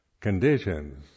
conditions